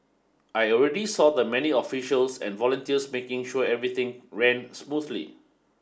I already saw the many officials and volunteers making sure everything ran smoothly